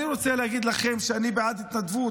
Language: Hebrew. אני רוצה להגיד לכם שאני בעד התנדבות,